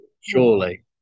surely